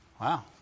Wow